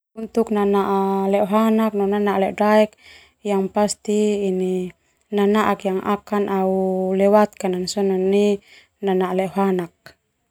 Untuk nanaa ledohanak no ledodaek yang pasti nanaak yang akan au lewatkan sona nai nanaa ledohanak.